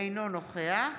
אינו נוכח